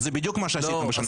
זה בדיוק מה שעשיתם שנה האחרונה.